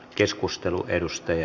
arvoisa puhemies